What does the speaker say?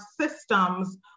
systems